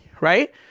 right